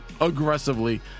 aggressively